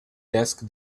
desk